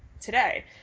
today